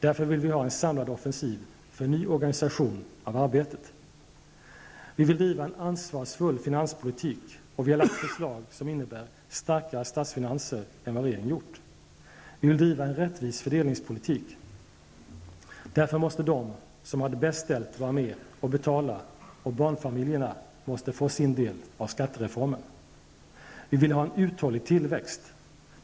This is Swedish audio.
Därför vill vi ha en samlad offensiv för ny organisation av arbetet. Vi vill driva en ansvarsfull finanspolitik. Vi har lagt fram förslag som innebär starkare statsfinanser än vad regeringen har gjort. Vi vill driva en rättvis fördelningspolitik. Därför måste de som har det bäst ställt vara med och betala. Barnfamiljerna måste få sin del av skattereformen. Vi vill ha en uthållig tillväxt.